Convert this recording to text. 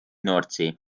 nordsee